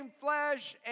flesh